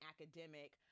academic